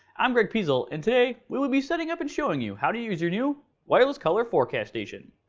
i'm greg pizl, and today we will be setting up and showing you how to use your new wireless color forecast station.